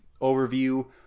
overview